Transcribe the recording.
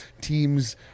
teams